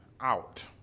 out